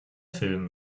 film